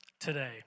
today